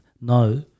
no